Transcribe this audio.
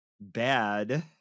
bad